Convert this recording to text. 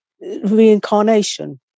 reincarnation